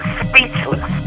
speechless